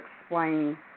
explain